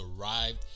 arrived